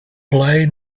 play